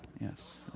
Yes